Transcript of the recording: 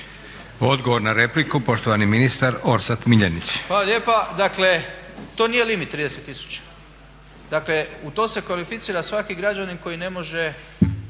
Odgovor na repliku poštovani ministar Orsat Miljenić.